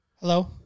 Hello